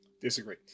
disagree